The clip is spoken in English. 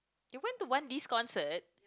you went to one D's concert